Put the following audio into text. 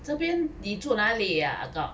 这边你住哪里 ah ah gao